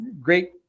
great